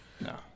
no